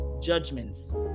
judgments